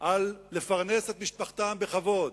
על לפרנס את משפחתם בכבוד,